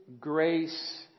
Grace